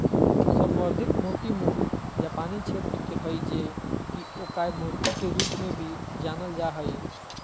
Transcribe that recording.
संवर्धित मोती मूल जापानी क्षेत्र के हइ जे कि अकोया मोती के रूप में भी जानल जा हइ